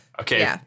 Okay